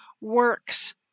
works